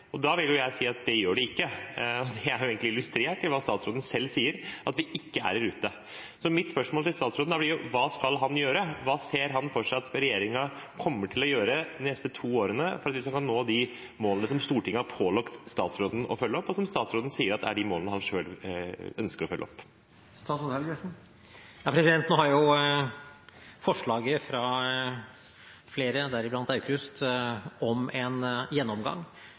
målene. Da vil jeg si at det gjør de ikke. Det er egentlig illustrert i hva statsråden selv sier, at vi ikke er i rute. Så mitt spørsmål til statsråden blir da: Hva skal han gjøre, hva ser han for seg at regjeringen kommer til å gjøre de neste to årene for at vi skal nå de målene som Stortinget har pålagt statsråden å følge opp, og som statsråden sier at er de målene han selv ønsker å følge opp? Nå vil jo forslaget fra flere, deriblant Aukrust, om en gjennomgang